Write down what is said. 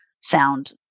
sound